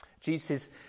Jesus